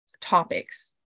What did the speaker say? topics